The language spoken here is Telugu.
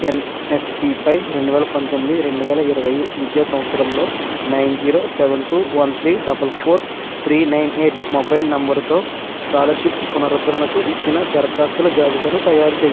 ఎన్ఎస్పిపై రెండువేల పంతొమ్మిది రెండువేల ఇరవై విద్యా సంవత్సరంలో nine zero seven two one three double four three nine eight mobile నంబరుతో స్కాలర్షిప్ పునరుద్ధరణకు ఇచ్చిన దరఖాస్తుల జాబితాను తయారు చేయి